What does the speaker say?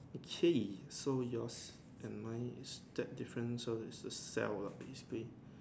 okay so yours and mine is that different so is the cell lah basically